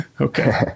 Okay